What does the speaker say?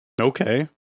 Okay